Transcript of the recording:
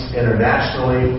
internationally